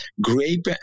grape